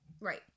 right